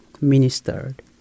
ministered